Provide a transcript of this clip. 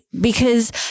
Because-